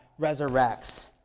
resurrects